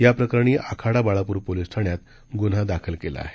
याप्रकरणीआखाडाबाळापूरपोलीसठाण्यातगुन्हादाखलकेलाआहे